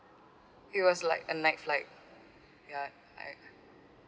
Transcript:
it was like a night flight ya I